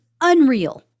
unreal